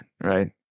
right